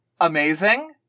amazing